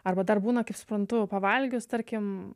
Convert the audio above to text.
arba dar būna kaip suprantu pavalgius tarkim